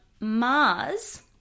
Mars